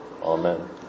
Amen